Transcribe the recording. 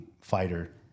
fighter